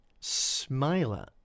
Smiler